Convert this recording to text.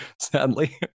sadly